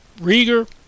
Rieger